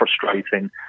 frustrating